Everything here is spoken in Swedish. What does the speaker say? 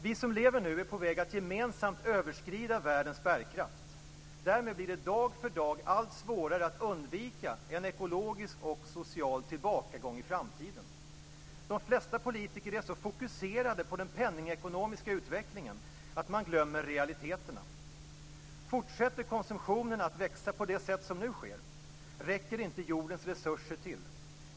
Vi som lever nu är på väg att gemensamt överskrida världens bärkraft. Därmed blir det dag för dag allt svårare att undvika en ekologisk och social tillbakagång i framtiden. De flesta politiker är så fokuserade på den penningekonomiska utvecklingen att de glömmer realiteterna. Om konsumtionen fortsätter att växa på det sätt som nu sker räcker inte jordens resurser till.